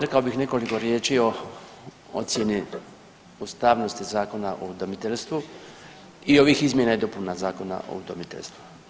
rekao bih nekoliko riječi o ocjeni ustavnosti zakona o udomiteljstvu i ovih izmjena i dopuna Zakona o udomiteljstvu.